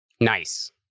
Nice